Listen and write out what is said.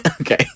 Okay